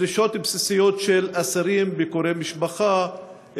דרישות בסיסיות של אסירים: ביקורי משפחה,